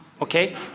okay